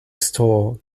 store